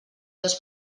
dos